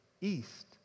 East